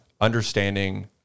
Understanding